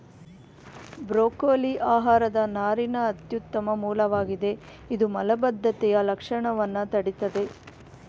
broccoli ಆಹಾರದ ನಾರಿನ ಅತ್ಯುತ್ತಮ ಮೂಲವಾಗಿದೆ ಇದು ಮಲಬದ್ಧತೆಯ ಲಕ್ಷಣವನ್ನ ತಡಿತದೆ